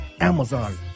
Amazon